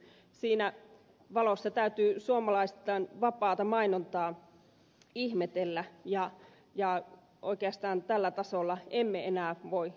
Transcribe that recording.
siinä valossa täytyy suomalaisittain vapaata mainontaa ihmetellä ja oikeastaan tällä tasolla emme enää voi jatkaa